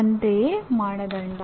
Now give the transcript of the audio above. ಅಂತೆಯೇ ಮಾನದಂಡ